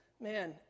man